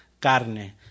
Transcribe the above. carne